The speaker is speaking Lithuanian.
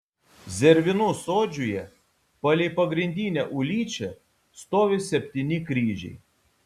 zervynų sodžiuje palei pagrindinę ulyčią stovi septyni kryžiai